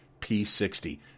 P60